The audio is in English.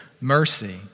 mercy